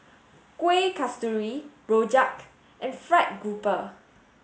Kuih Kasturi Rojak and fried grouper